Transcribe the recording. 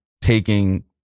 taking